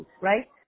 right